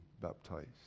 baptized